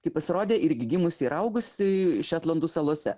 kai pasirodė irgi gimusi ir augusi šetlandų salose